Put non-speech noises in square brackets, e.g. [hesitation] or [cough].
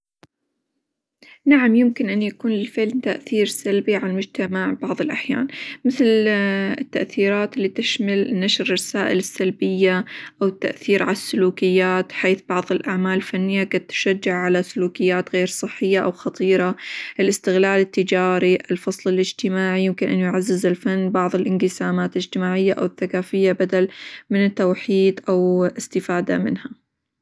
نعم يمكن أن يكون للفيلم تأثير سلبي على المجتمع بعظ الأحيان، مثل: [hesitation] التأثيرات اللي تشمل نشر الرسائل السلبية، أو التأثير على السلوكيات؛ حيث بعظ الأعمال الفنية قد تشجع على سلوكيات غير صحية، أو خطيرة، الاستغلال التجاري، الفصل الإجتماعي، يمكن أن يعزز الفن بعظ الانقسامات الإجتماعية، أو الثقافية بدل من التوحيد، أو استفادة منها.